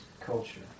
culture